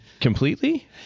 Completely